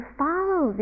follow